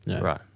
Right